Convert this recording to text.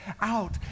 out